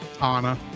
anna